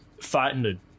fighting